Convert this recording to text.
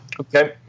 Okay